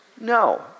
No